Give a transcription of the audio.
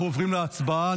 אנחנו עוברים להצבעה,